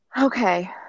Okay